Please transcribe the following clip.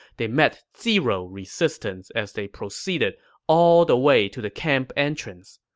they met zero resistance as they proceeded all the way to the camp entrance.